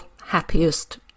happiest